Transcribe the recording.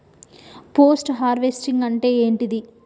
Post harvesting అంటే ఏంటిది?